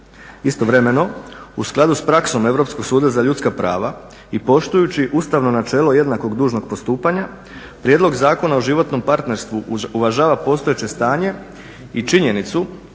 Istovremeno u skladu sa praksom Europskog suda za ljudska prava i poštujući ustavno načelo jednakog dužnog postupanja, prijedlog Zakona o životnom partnerstvu uvažava postojeće stanje i činjenicu